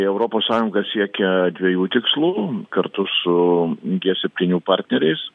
europos sąjunga siekia dviejų tikslų kartu su septynių partneriais